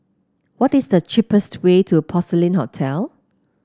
what is the cheapest way to Porcelain Hotel